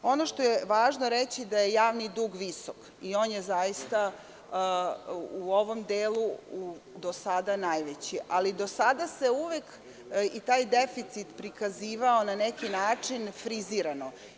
Ono što je važno reći da je javni dug visok i on je zaista u ovom delu do sada najveći, ali do sada se uvek i taj deficit prikazivao na neki način frizirano.